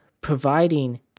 providing